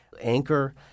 anchor